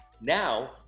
Now